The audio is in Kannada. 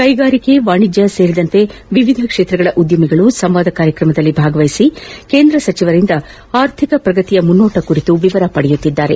ಕೈಗಾರಿಕೆ ವಾಣಿಜ್ಯ ಸೇರಿದಂತೆ ವಿವಿಧ ಕ್ಷೇತ್ರಗಳ ಉದ್ದಮಿಗಳು ಸಂವಾದ ಕಾರ್ಯಕ್ರಮದಲ್ಲಿ ಭಾಗವಹಿಸಿ ಕೇಂದ್ರ ಸಚಿವರಿಂದ ಆರ್ಥಿಕ ಪ್ರಗತಿಯ ಮುನ್ನೋಟ ಕುರಿತು ವಿವರ ಪಡೆಯುತ್ತಿದ್ದಾರೆ